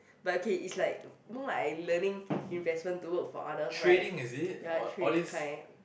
but okay it's like more like I learning investment to work for others right ya trading kind